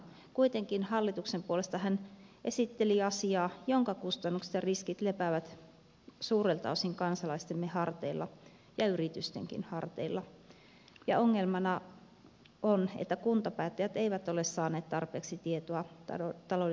kuitenkin hallituksen puolesta hän esitteli asiaa jonka kustannukset ja riskit lepäävät suurelta osin kansalaistemme harteilla ja yritystenkin harteilla ja ongelmana on että kuntapäättäjät eivät ole saaneet tarpeeksi tietoa taloudellisista riskeistä